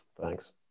Thanks